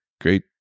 great